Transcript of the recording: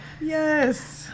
Yes